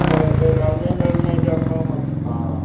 ਰਲਵੇਂ ਮਿਲਵੇਂ 'ਚ ਆਪਾਂ ਮਤਲਬ ਹਾਂ